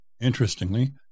Interestingly